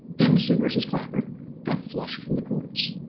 amnesty versus clapper got flushed from the courts.